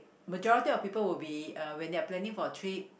majority of people will be uh when they're planning for a trip